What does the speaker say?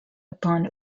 upon